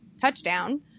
touchdown